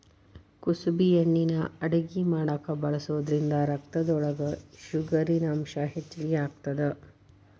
ಕುಸಬಿ ಎಣ್ಣಿನಾ ಅಡಗಿ ಮಾಡಾಕ ಬಳಸೋದ್ರಿಂದ ರಕ್ತದೊಳಗ ಶುಗರಿನಂಶ ಹೆಚ್ಚಿಗಿ ಆಗತ್ತದ